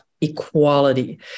equality